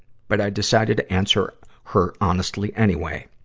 but i decided to answer her honestly anyway.